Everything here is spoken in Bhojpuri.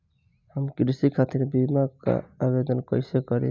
हम कृषि खातिर बीमा क आवेदन कइसे करि?